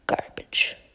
garbage